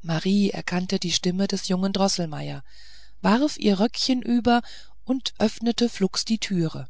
marie erkannte die stimme des jungen droßelmeier warf ihr röckchen über und öffnete flugs die türe